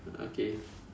okay